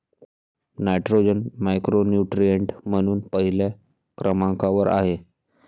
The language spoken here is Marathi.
नायट्रोजन मॅक्रोन्यूट्रिएंट म्हणून पहिल्या क्रमांकावर आहे